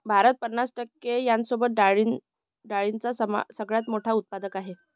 भारत पन्नास टक्के यांसोबत डाळींचा सगळ्यात मोठा उत्पादक आहे